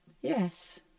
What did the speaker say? Yes